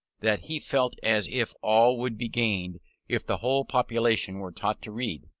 that he felt as if all would be gained if the whole population were taught to read,